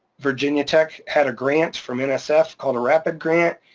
virginia tech had a grant from and so nsf called a rapid grant.